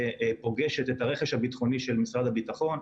פוגשת את הרכש הביטחוני של משרד הביטחון.